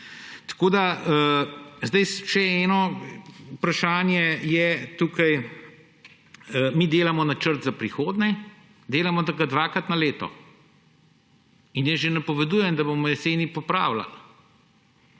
dejansko delujejo. Še eno vprašanje je tukaj. Mi delamo načrt za prihodnje, delamo ga dvakrat na leto in jaz že napovedujem, da bomo jeseni popravljali